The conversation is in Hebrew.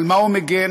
על מה הוא מגן,